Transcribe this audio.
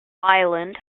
island